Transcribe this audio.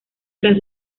tras